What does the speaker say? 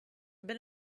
have